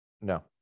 No